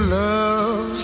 love